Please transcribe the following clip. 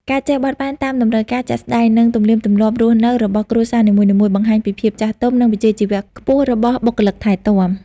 ការចេះបត់បែនតាមតម្រូវការជាក់ស្តែង និងទំនៀមទម្លាប់រស់នៅរបស់គ្រួសារនីមួយៗ បង្ហាញពីភាពចាស់ទុំ និងវិជ្ជាជីវៈខ្ពស់របស់បុគ្គលិកថែទាំ។